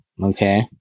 Okay